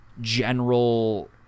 general